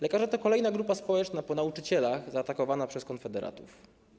Lekarze to kolejna grupa społeczna po nauczycielach zaatakowana przez konfederatów.